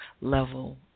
level